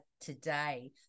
today